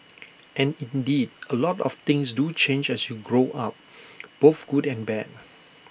and indeed A lot of things do change as you grow up both good and bad